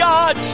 God